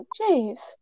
jeez